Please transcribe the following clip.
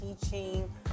teaching